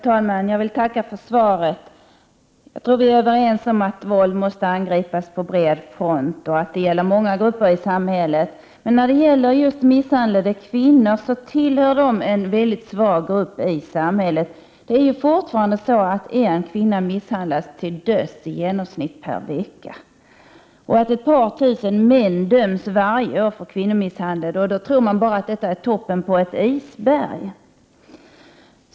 Herr talman! Jag vill tacka för svaret. Jag tror att vi är överens om att våldet måste angripas på bred front, och många grupper i samhället är berörda. Just misshandlade kvinnor är en svag grupp i samhället. Fortfarande misshandlas i genomsnitt en kvinna till döds varje vecka. Ett par tusen män döms varje år för kvinnomisshandel — ändå tror man att detta bara är toppen på ett isberg!